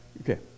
Okay